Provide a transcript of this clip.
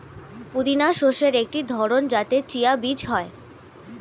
পুদিনা শস্যের একটি ধরন যাতে চিয়া বীজ হয়